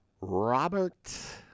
Robert